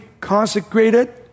consecrated